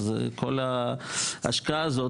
אז כל ההשקעה הזאת,